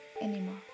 anymore